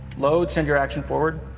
load, send your action forward.